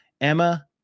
Emma